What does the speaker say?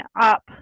up